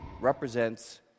represents